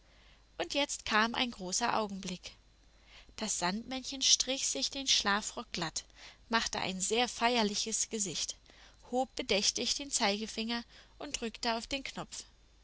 und jetzt kam ein großer augenblick das sandmännchen strich sich den schlafrock glatt machte ein sehr feierliches gesicht hob bedächtig den zeigefinger und drückte auf den knopf